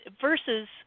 versus